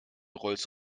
rolls